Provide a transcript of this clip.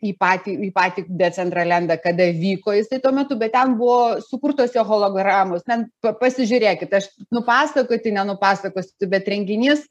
į patį į patį decendralendą kada vyko jisai tuo metu bet ten buvo sukurtos jo hologramos ten pa pasižiūrėkit aš nupasakoti nenupasakosiu bet renginys